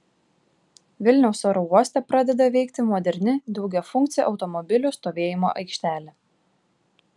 vilniaus oro uoste pradeda veikti moderni daugiafunkcė automobilių stovėjimo aikštelė